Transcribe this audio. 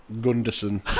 Gunderson